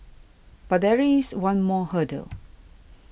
but there is one more hurdle